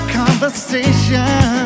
conversation